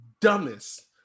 dumbest